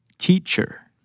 Teacher